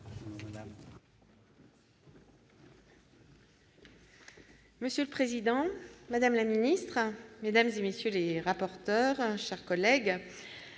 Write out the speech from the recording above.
Monsieur le président, madame la ministre, mesdames, messieurs les rapporteurs, mes chers collègues,